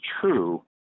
true